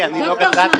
אוקיי, אם אתה לא רוצה.